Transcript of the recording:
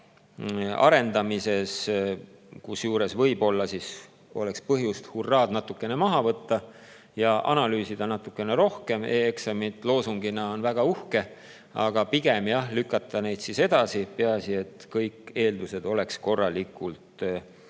arendamisel. Kusjuures võib-olla oleks põhjust hurraad natukene maha võtta ja analüüsida natukene rohkem. E-eksamid loosungina on väga uhke, aga pigem lükata neid edasi – peaasi, et kõik eeldused oleks korralikult olemas